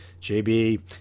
JB